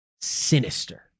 sinister